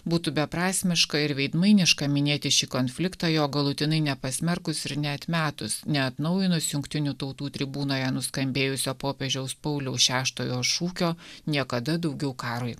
būtų beprasmiška ir veidmainiška minėti šį konfliktą jo galutinai nepasmerkus ir neatmetus neatnaujinus jungtinių tautų tribūnoje nuskambėjusio popiežiaus pauliaus šeštojo šūkio niekada daugiau karui